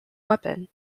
weapon